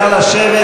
נא לשבת.